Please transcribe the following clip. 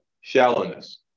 shallowness